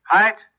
Height